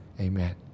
Amen